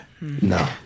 No